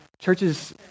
churches